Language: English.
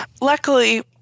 Luckily